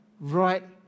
right